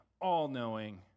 all-knowing